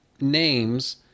names